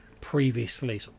previously